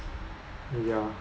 ya